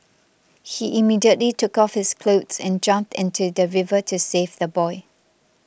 he immediately took off his clothes and jumped into the river to save the boy